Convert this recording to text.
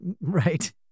Right